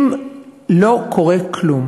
אם לא קורה כלום